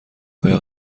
آیا